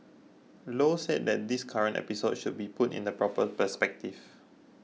low said that this current episode should be put in the proper perspective